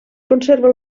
conserva